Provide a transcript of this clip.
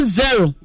zero